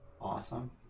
Awesome